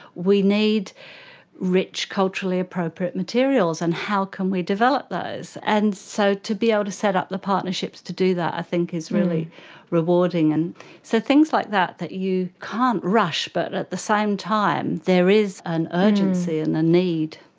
we need rich culturally-appropriate materials and how can we develop those? and so to be able to set up the partnerships to do that i think is really rewarding. and so things like that, that you can't rush but at the same time there is an urgency and a need.